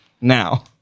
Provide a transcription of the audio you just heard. Now